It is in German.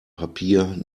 papier